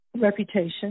reputation